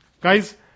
Guys